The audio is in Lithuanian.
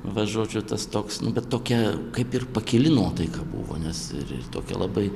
va žodžiu tas toks nu bet tokia kaip ir pakili nuotaika buvo nes ir ir tokia labai